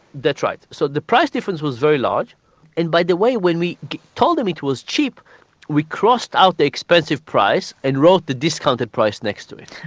that's right, so the price difference was very large and by the way when we told them it was cheap we crossed out the expensive price and wrote the discounted price next to it.